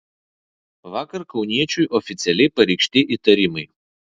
vakar kauniečiui oficialiai pareikšti įtarimai